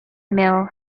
mill